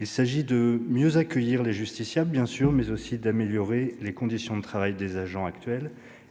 Il convient de mieux accueillir les justiciables, bien sûr, mais aussi d'améliorer les conditions de travail des agents actuels